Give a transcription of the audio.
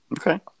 Okay